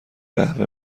قهوه